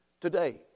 today